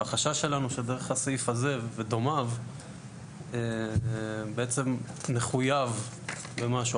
והחשש שלנו שדרך הסעיף הזה ודומיו בעצם נחויב במשהו,